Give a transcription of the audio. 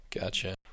Gotcha